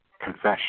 confession